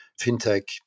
fintech